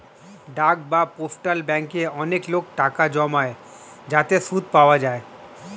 ডাক বা পোস্টাল ব্যাঙ্কে অনেক লোক টাকা জমায় যাতে সুদ পাওয়া যায়